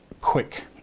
quick